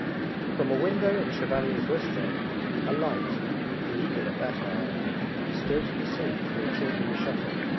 from a window in chevalier's restaurant a light illegal at that hour is still to be seen through a chink in the shutter.